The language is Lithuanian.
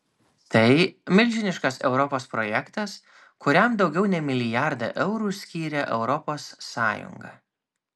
tai milžiniškas europos projektas kuriam daugiau nei milijardą eurų skyrė europos sąjunga